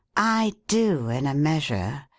i do in a measure.